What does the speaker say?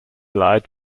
light